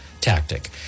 tactic